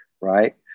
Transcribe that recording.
right